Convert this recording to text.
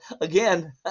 again